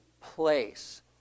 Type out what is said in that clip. place